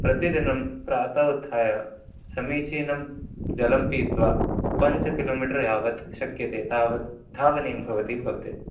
प्रतिदिनं प्रातः उत्थाय समीचीनं जलं पीत्वा पञ्च किलो मीटर् यावत् शक्यते तावत् धावनीयं भवति भवते